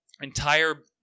entire